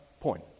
point